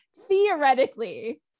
theoretically